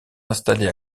installée